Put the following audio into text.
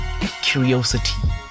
Curiosity